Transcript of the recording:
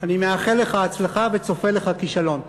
אני מאחל לך הצלחה וצופה לך כישלון.